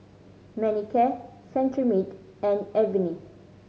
Manicare Cetrimide and Avene